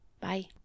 bye